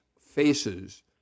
faces